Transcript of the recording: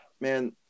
Man